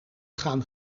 gaan